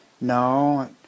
No